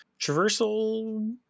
Traversal